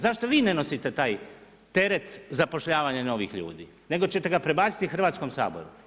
Zašto vi ne nosite taj teret zapošljavanja novih ljudi, nego ćete ga prebaciti Hrvatskom saboru?